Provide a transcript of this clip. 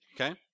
Okay